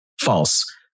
false